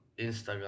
Instagram